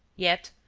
yet,